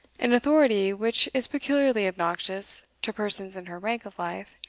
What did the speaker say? an authority which is peculiarly obnoxious to persons in her rank of life,